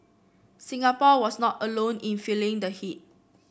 Singapore was not alone in feeling the heat